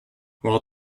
while